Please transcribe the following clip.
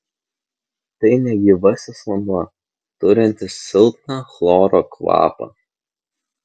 tai negyvasis vanduo turintis silpną chloro kvapą